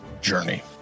journey